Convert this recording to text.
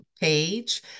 page